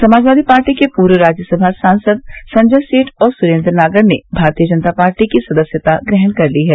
Samajwadi party के पूर्व राज्यसभा सांसद संजय सेठ और सुरेन्द्र नागर ने भारतीय जनता पार्टी की सदस्यता ग्रहण कर ली है